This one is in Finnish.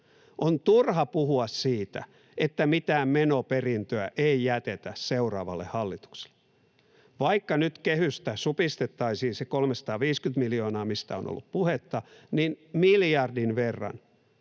On turha puhua siitä, että mitään menoperintöä ei jätetä seuraavalle hallitukselle. Vaikka nyt kehystä supistettaisiin se 350 miljoonaa, mistä on ollut puhetta, niin miljardin verran